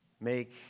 Make